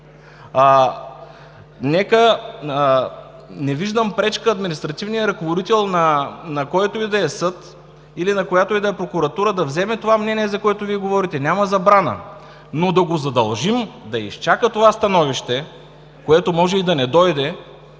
Не виждам пречка административният ръководител, на който и да е съд или на която и да е прокуратура, да вземе това мнение, за което Вие говорите. Няма забрана, но да го задължим да изчака това становище, което може и да не дойде,